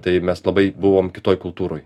tai mes labai buvom kitoj kultūroj